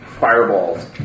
fireballs